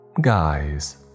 Guys